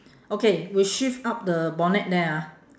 okay we shift up the bonnet there ah